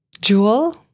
Jewel